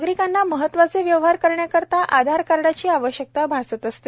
नागरिकांना महत्त्वाचे व्यवहार करण्याकरीता आधार कार्डची आवश्यकता भासत आहे